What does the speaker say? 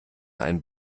einen